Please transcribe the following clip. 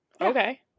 okay